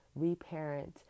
reparent